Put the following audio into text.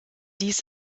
dies